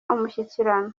umushyikirano